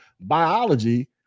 biology